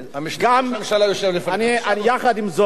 המשנה לראש הממשלה, יחד עם זאת,